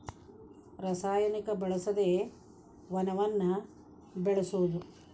ರಸಾಯನಿಕ ಬಳಸದೆ ವನವನ್ನ ಬೆಳಸುದು